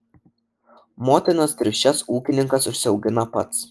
motinas triušes ūkininkas užsiaugina pats